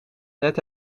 let